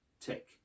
tick